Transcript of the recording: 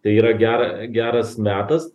tai yra gera geras metas